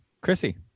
Chrissy